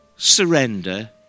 surrender